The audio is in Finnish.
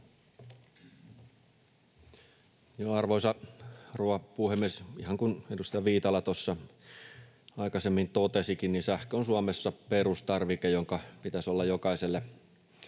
Arvoisa rouva puhemies! Ihan kuin edustaja Viitala aikaisemmin totesikin, sähkö on Suomessa perustarvike, jonka pitäisi olla jokaiselle saatavilla